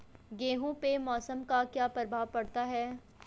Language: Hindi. गेहूँ पे मौसम का क्या प्रभाव पड़ता है?